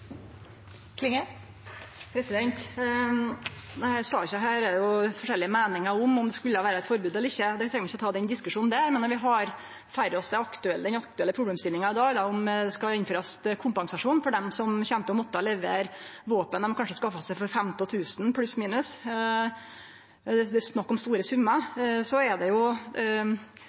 forskjellige meiningar om om det skulle ha vore eit forbod eller ikkje. Vi treng ikkje å ta den diskusjonen. Men når vi i dag har framfor oss den aktuelle problemstillinga, om det skal innførast kompensasjon for dei som kjem til å måtte levere våpen dei kanskje har skaffa seg for 15 000 kr, pluss/minus, det er snakk om store summar, koker det ned til kva som er rett og rimeleg. Og det